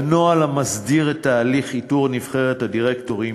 הנוהל המסדיר את הליך איתור נבחרת הדירקטורים.